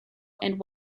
and